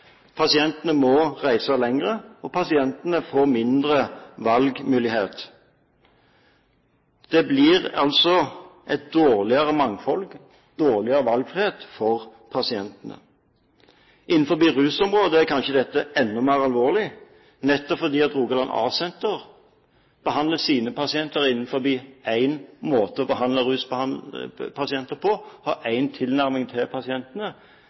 pasientene må reise lenger, og pasientene får mindre valgmulighet. Det blir et dårligere mangfold – dårligere valgfrihet for pasientene. Innen rusområdet er kanskje dette enda mer alvorlig, nettopp fordi Rogaland A-senter behandler sine ruspasienter på én måte – de har altså én tilnærming til pasientene – mens Blå Kors har en annen. Nå har ikke pasientene